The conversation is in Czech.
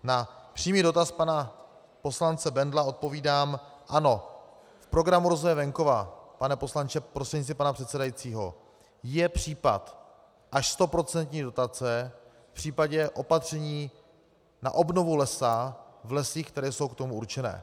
Na přímý dotaz pana poslance Bendla odpovídám: Ano, v Programu rozvoje venkova, pane poslanče prostřednictvím pana předsedajícího, je případ až stoprocentní dotace v případě opatření na obnovu lesa v lesích, které jsou k tomu určeny.